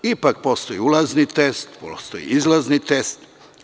Ipak, postoji ulazni test, postoji izlazni test.